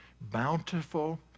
bountiful